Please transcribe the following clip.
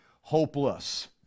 hopeless